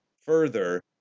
further